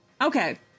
okay